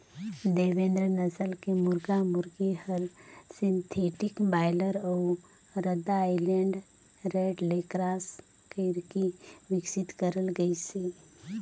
देवेंद नसल के मुरगा मुरगी हर सिंथेटिक बायलर अउ रद्दा आइलैंड रेड ले क्रास कइरके बिकसित करल गइसे